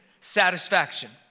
satisfaction